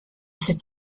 cette